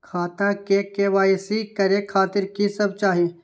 खाता के के.वाई.सी करे खातिर की सब चाही?